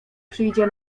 przyjdzie